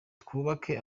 twubake